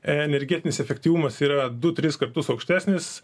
energetinis efektyvumas yra du tris kartus aukštesnis